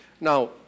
Now